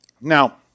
Now